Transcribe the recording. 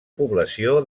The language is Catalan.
població